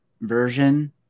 version